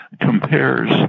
compares